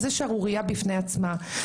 זאת שערורייה בפני עצמה.